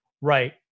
Right